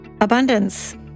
Abundance